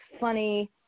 funny